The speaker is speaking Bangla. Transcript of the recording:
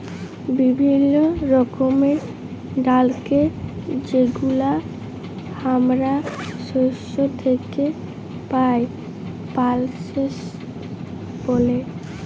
বিভিল্য রকমের ডালকে যেগুলা হামরা শস্য থেক্যে পাই, পালসেস ব্যলে